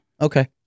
Okay